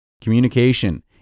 Communication